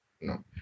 No